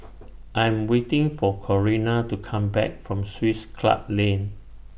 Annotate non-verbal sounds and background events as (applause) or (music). (noise) I Am waiting For Corrina to Come Back from Swiss Club Lane